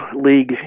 League